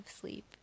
sleep